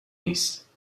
نیست